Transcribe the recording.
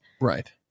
Right